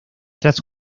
tras